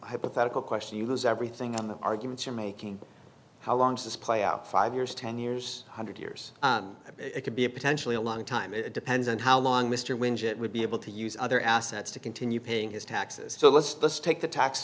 hypothetical question you lose everything on the argument you're making how long does this play out five years ten years one hundred years it could be a potentially a long time it depends on how long mr winge it would be able to use other assets to continue paying his taxes so let's just take the tax